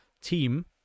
team